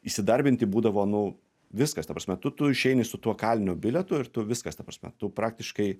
įsidarbinti būdavo nu viskas ta prasme tu tu išeini su tuo kalinio bilietu ir tu viskas ta prasme tu praktiškai